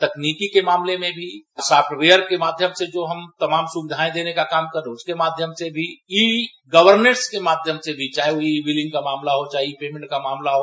तकनीकी के मामले में भी साफ़्टवेयर के माध्यम से हम तामम सुवधायें देने का काम करते हैं उसके माध्यम से भी ई गवर्मेंट्स के माध्यम से भी चाहे वह ई बिलिंग का मामला हो चाहे ई पेमेंट का मामला हो